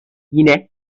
yine